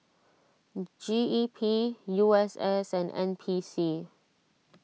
G E P U S S and N P C